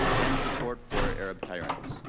and support for arab tyrants.